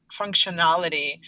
functionality